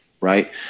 Right